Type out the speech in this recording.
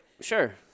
Sure